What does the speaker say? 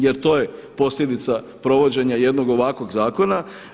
Jer to je posljedica provođenja jednog ovakvog zakona.